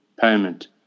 payment